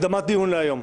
הקדמת דיון להיום.